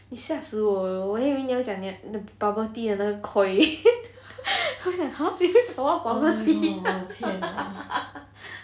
你吓死我还以为你要讲你你的 bubble tea 的那个 koi 我在想 !huh! 什么 bubble tea